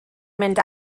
mynd